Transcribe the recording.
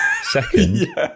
Second